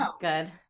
Good